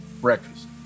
breakfast